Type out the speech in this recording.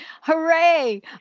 Hooray